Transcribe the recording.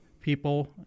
people